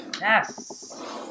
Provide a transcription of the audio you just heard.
Yes